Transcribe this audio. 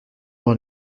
dans